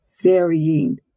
varying